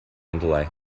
underlay